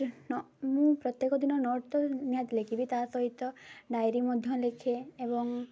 ନ ମୁଁ ପ୍ରତ୍ୟେକ ଦିନ ନୋଟ୍ ତ ନିହାତି ଲେଖିବି ତା ସହିତ ଡାଏରୀ ମଧ୍ୟ ଲେଖେ ଏବଂ